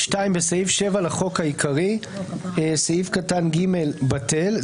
בסעיף 7 לחוק העיקרי סעיף קטן (ג) בטל,